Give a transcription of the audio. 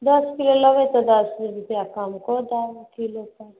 दश किलो लेबै तऽ दशगो रुपआ कम कऽ देब किलो पर